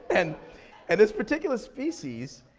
and and this particular species,